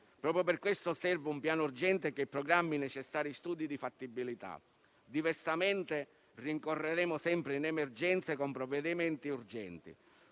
proprio per questo serve un piano urgente che programmi i necessari studi di fattibilità. Diversamente, rincorreremo sempre in emergenza, con provvedimenti urgenti.